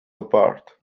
apart